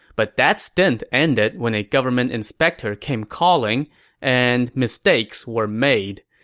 but that stint ended when a government inspector came calling and mistakes were made.